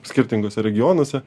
skirtinguose regionuose